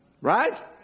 Right